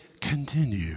continue